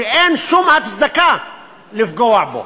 שאין שום הצדקה לפגוע בו